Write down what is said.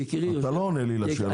יקירי --- אתה לא עונה לשאלה,